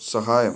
സഹായം